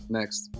Next